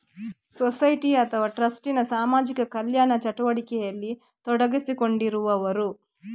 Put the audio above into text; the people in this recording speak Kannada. ಸೊಸೈಟಿ ಅಥವಾ ಟ್ರಸ್ಟ್ ನ ಸಾಮಾಜಿಕ ಕಲ್ಯಾಣ ಚಟುವಟಿಕೆಯಲ್ಲಿ ತೊಡಗಿಸಿಕೊಂಡಿರುವವರು